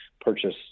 purchase